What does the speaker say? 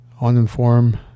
uninformed